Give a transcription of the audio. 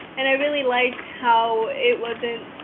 and i really liked how it wasn't,